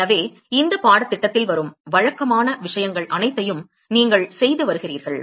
எனவே இந்த பாடத்திட்டத்தில் வரும் வழக்கமான விஷயங்கள் அனைத்தையும் நீங்கள் செய்து வருகிறீர்கள்